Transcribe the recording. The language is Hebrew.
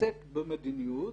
עוסק במדיניות,